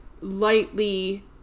lightly